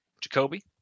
Jacoby